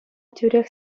тӳрех